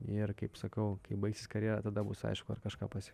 ir kaip sakau kai baigsis karjera tada bus aišku ar kažką pasiekiau